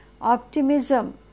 optimism